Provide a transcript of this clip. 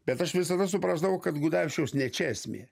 bet aš visada suprasdavau kad gudavičiaus ne čia esmė